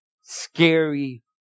scary